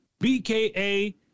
BKA